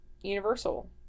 Universal